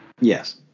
Yes